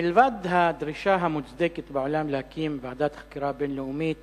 מלבד הדרישה המוצדקת בעולם להקים ועדת חקירה בין-לאומית